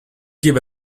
give